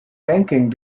banking